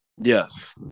Yes